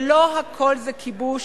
ולא הכול זה כיבוש,